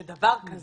אז דבר כזה,